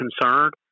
concerned